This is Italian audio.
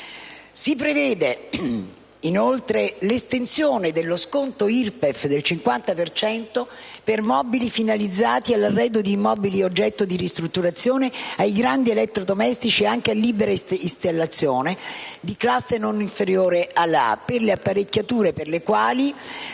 Si prevede, inoltre, l'estensione dello sconto IRPEF del 50 per cento per mobili finalizzati all'arredo di immobili oggetto di ristrutturazione, ai grandi elettrodomestici, anche a libera installazione, di classe non inferiore alla A per le apparecchiature per le quali